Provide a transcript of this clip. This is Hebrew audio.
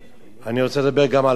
אני רוצה לדבר גם על המושחרים.